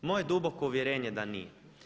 Moje duboko uvjerenje je da nije.